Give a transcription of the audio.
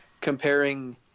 comparing